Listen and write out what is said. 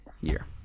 year